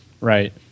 right